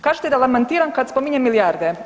Kažete da lamentiram kad spominjem milijarde.